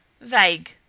vague